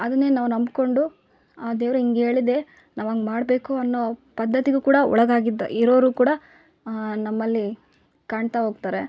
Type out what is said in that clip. ಅದನ್ನೇ ನಾವು ನಂಬ್ಕೊಂಡು ಆ ದೇವ್ರು ಹಿಂಗೆ ಹೇಳಿದೆ ನಾವ್ಹಂಗೆ ಮಾಡಬೇಕು ಅನ್ನೋ ಪದ್ಧತಿಗೂ ಕೂಡ ಒಳಗಾಗಿದ್ದು ಇರೋರು ಕೂಡ ನಮ್ಮಲ್ಲಿ ಕಾಣ್ತಾ ಹೋಗ್ತಾರೆ